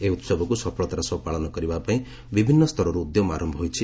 ଏହି ଉତ୍ସବକୁ ସଫଳତାର ସହ ପାଳନ କରିବା ପାଇଁ ବିଭିନ୍ନ ସ୍ତରରୁ ଉଦ୍ୟମ ଆରମ୍ଭ ହୋଇଛି